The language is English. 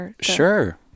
Sure